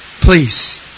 Please